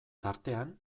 tartean